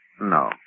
No